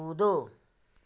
कूदो